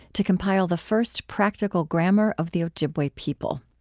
to compile the first practical grammar of the ojibwe people.